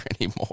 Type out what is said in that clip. anymore